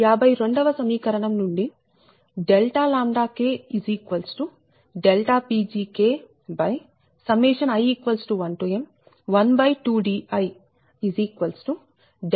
52 వ సమీకరణం నుండి Pgi1m12diPgi1312di k 1 అయినప్పుడు Pgi12d112d212d3